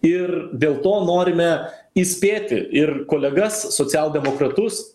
ir dėl to norime įspėti ir kolegas socialdemokratus